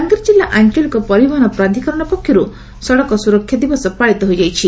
ବଲାଙ୍ଗୀର ଜିଲ୍ଲା ଆଞ୍ଚଳିକ ପରିବହନ ପ୍ରାଧକରଣ ପକ୍ଷରୁ ସଡ଼କ ସୁରକ୍ଷା ଦିବସ ପାଳିତ ହୋଇଯାଇଛି